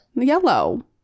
Yellow